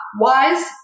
wise